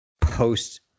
post